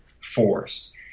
force